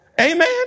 Amen